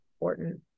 important